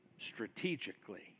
strategically